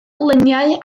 luniau